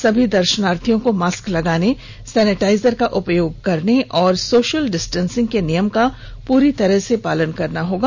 सभी दर्शनार्थियों को मास्क लगाने सेनेटाइजर का उपयोग करने और सोशल डिस्टेसिंग के नियम का पूरी तरह से पालन करना होगा